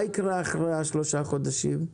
מה יקרה אחרי שלושת החודשים?